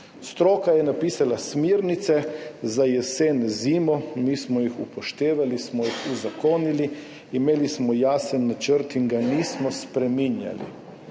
stroka je napisala smernice za jesen, zimo, mi smo jih upoštevali, smo jih uzakonili, imeli smo jasen načrt in ga nismo spreminjali.